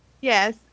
Yes